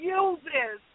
uses